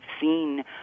seen